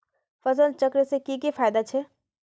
फसल चक्र से की की फायदा छे?